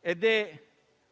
stato